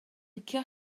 licio